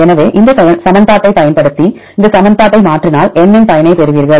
எனவே இந்த சமன்பாட்டைப் பயன்படுத்தி இந்த சமன்பாட்டை மாற்றினால் N பயனை பெறுவீர்கள்